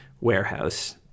warehouse